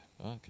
Okay